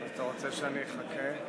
אתה רוצה שאני אחכה?